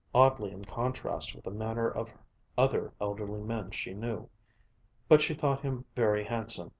oddly in contrast with the manner of other elderly men she knew but she thought him very handsome,